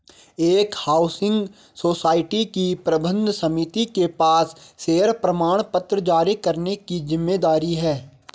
एक housing society की प्रबंध समिति के पास शेयर प्रमाणपत्र जारी करने की जिम्मेदारी है